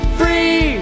free